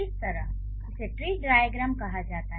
इस तरह इसे "ट्री डाइअग्रैम" कहा जाता है